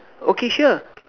okay sure